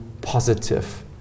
positive